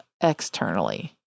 externally